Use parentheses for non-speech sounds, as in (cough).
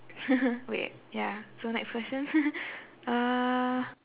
(laughs) wait ya so next question (laughs) uh